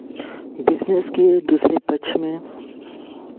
business के दूसरे पक्ष में